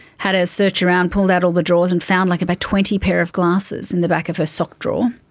had a search around, pulled out all the drawers and found like about twenty pairs of glasses in the back of her sock drawer.